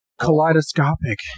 kaleidoscopic